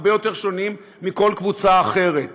הרבה יותר מכל קבוצה אחרת.